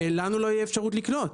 ולנו לא תהיה אפשרות לקנות.